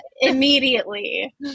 Immediately